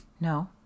No